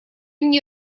мне